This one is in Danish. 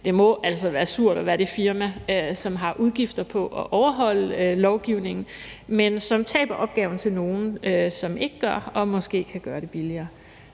Det må altså være surt at være det firma, som har udgifter for at overholde lovgivningen, men som taber opgaven til nogle, som ikke gør og måske kan gøre det billigere.